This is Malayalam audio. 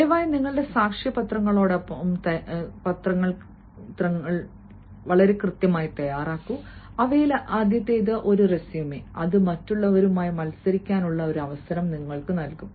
ദയവായി നിങ്ങളുടെ സാക്ഷ്യപത്രങ്ങളക്കൊപ്പം തയ്യാറാകൂ അവയിൽ ആദ്യത്തേത് ഒരു റെസ്യൂമേ അത് മറ്റുള്ളവരുമായി മത്സരിക്കാനുള്ള അവസരം നിങ്ങൾക്ക് നൽകും